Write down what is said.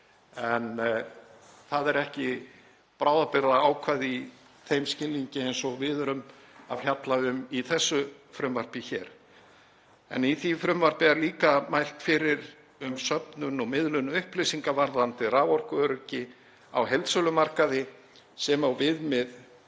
en það er ekki bráðabirgðaákvæði í þeim skilningi sem við erum að fjalla um í þessu frumvarpi hér. Í því frumvarpi er líka mælt fyrir um söfnun og miðlun upplýsinga varðandi raforkuöryggi á heildsölumarkaði sem og viðmið